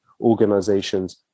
organizations